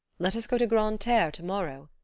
let us go to grande terre to-morrow?